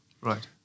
Right